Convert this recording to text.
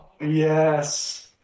Yes